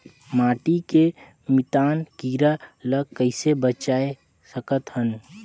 माटी के मितान कीरा ल कइसे बचाय सकत हन?